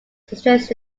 suggests